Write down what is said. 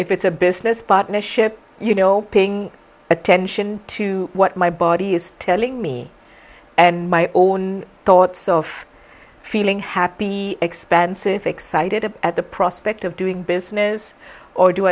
if it's a business partnership you know paying attention to what my body is telling me and my own thoughts of feeling happy expansive excited at the prospect of doing business or do